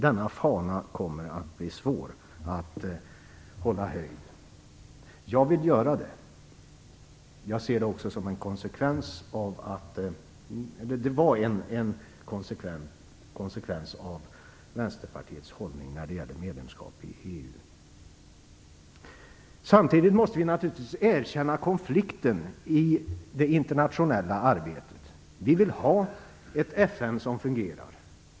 Denna fana kommer att bli svår att hålla höjd. Jag vill göra det. Det är en konsekvens av Vänsterpartiets hållning när det gäller medlemskap i EU. Samtidigt måste vi naturligtvis erkänna konflikten i det internationella arbetet. Vi vill ha ett fungerande FN.